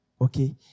okay